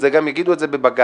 גם יגידו את זה בבג"ץ,